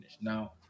Now